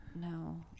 No